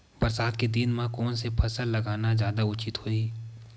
बरसात के दिन म कोन से फसल लगाना जादा उचित होही?